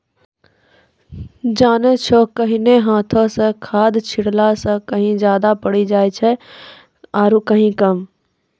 जानै छौ पहिने हाथों स खाद छिड़ला स कहीं ज्यादा पड़ी जाय छेलै आरो कहीं कम